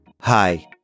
Hi